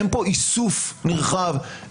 אין פה איסוף נרחב,